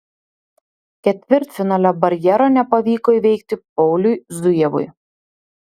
ketvirtfinalio barjero nepavyko įveikti pauliui zujevui